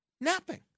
napping